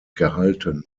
gehalten